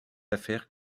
affaires